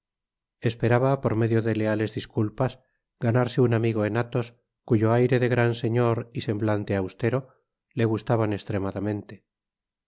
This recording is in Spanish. esperaba por medio de leales disculpas ganarse un amigo en athos cuyo aire de gran señor y semblante austero le gustaban estremadamente